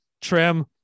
trim